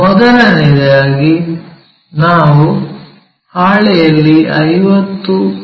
ಮೊದಲನೆಯದಾಗಿ ನಾವು ಹಾಳೆಯಲ್ಲಿ 50 ಮಿ